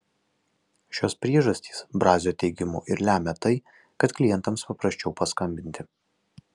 šios priežastys brazio teigimu ir lemia tai kad klientams paprasčiau paskambinti